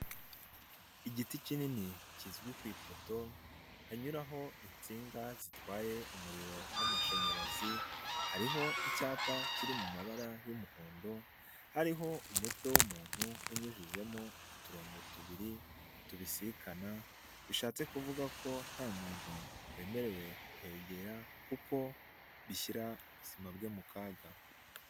Igiti kinini kizwi ku ipoto, hanyuraho insinga zitwaye umuriro w'amashanyarazi, hariho icyapa kiri mu mabara yumuhondo, hariho umutwe w'umuntu unyujijemo uturongo tubiri tubisikana, bishatse kuvuga ko nta muntu wemerewe kuhegera kuko bishyira ubuzima bwe mu kaga.